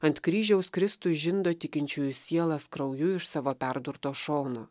ant kryžiaus kristų žindo tikinčiųjų sielas krauju iš savo perdurto šono